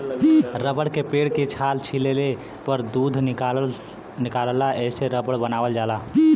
rubber के पेड़ के छाल छीलले पर दूध निकलला एसे रबर बनावल जाला